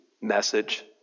message